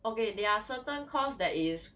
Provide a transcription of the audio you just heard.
okay there are certain course that is